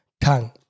tongue